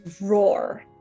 roar